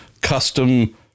custom